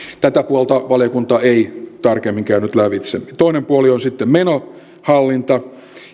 tätä puolta valiokunta ei tarkemmin käynyt lävitse toinen puoli on sitten menohallinta